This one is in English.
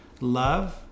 love